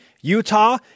Utah